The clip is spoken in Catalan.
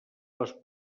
les